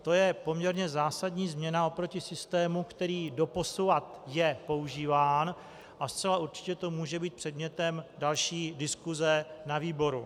To je poměrně zásadní změna oproti systému, který doposavad je používán, a zcela určitě to může být předmětem další diskuse na výboru.